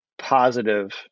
positive